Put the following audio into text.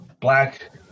black